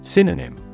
Synonym